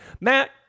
Matt